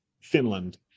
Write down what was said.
finland